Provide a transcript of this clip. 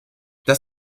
das